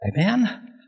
amen